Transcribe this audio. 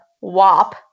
WAP